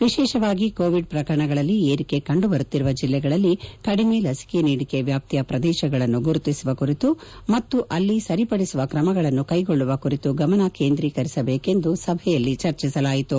ವಿಶೇಷವಾಗಿ ಕೋವಿಡ್ ಪ್ರಕರಣಗಳಲ್ಲಿ ಏರಿಕೆ ಕಂಡುಬರುತ್ತಿರುವ ಜಿಲ್ಲೆಗಳಲ್ಲಿ ಕಡಿಮೆ ಲಸಿಕೆ ನೀಡಿಕೆ ವ್ಯಾಪ್ತಿಯ ಪ್ರದೇಶಗಳನ್ನು ಗುರುತಿಸುವ ಕುರಿತು ಮತ್ತು ಅಲ್ಲಿ ಸರಿಪಡಿಸುವ ಕ್ರಮಗಳನ್ನು ಕೈಗೊಳ್ಳುವ ಕುರಿತು ಗಮನ ಕೇಂದ್ರೀಕರಿಸಬೇಕೆಂದು ಸಭೆಯಲ್ಲಿ ಚರ್ಚಿಸಲಾಯಿತು